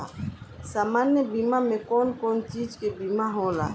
सामान्य बीमा में कवन कवन चीज के बीमा होला?